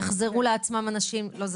יחזרו לעצמם אנשים לא,